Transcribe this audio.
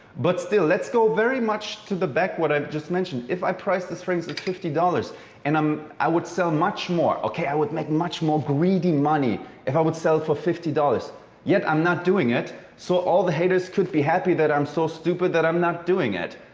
but still, let's go very much to the back what i've just mentioned. if i price this fragrance at fifty dollars and um i would sell much more okay, i would make much more greedy money if i would sell for fifty yet i'm not doing it. so, all the haters could be happy that i'm so stupid that i'm not doing it.